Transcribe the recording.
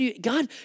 God